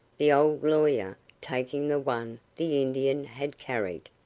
the old lawyer taking the one the indian had carried.